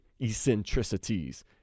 eccentricities